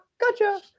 gotcha